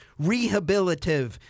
rehabilitative